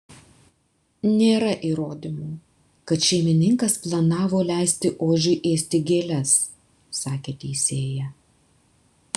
nėra įrodymų kad šeimininkas planavo leisti ožiui ėsti gėles sakė teisėja